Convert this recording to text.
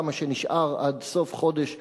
כמה שנשאר עד סוף חודש פברואר,